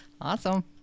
awesome